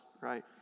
right